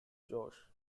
josh